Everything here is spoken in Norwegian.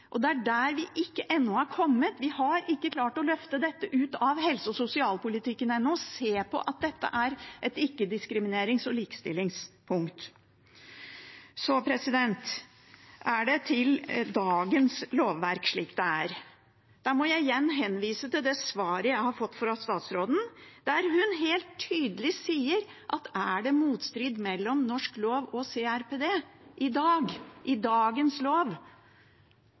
og dit er vi ennå ikke kommet. Vi har ennå ikke klart å løfte dette ut av helse- og sosialpolitikken og se på at det er et ikke-diskriminerings- og likestillingspunkt. Så til dagens lovverk, slik det er: Der må jeg igjen henvise til det svaret jeg har fått fra statsråden, der hun helt tydelig sier at er det motstrid mellom norsk lov og CRPD i dag, i dagens lov,